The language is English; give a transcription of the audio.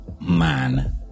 man